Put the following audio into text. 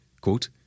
Quote